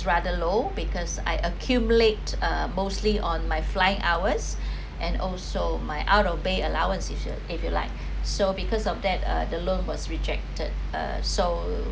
rather low because I accumulate uh mostly on my flying hours and also my out of pay allowance if you if you like so because of that uh the loan was rejected ah so